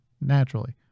naturally